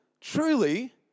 Truly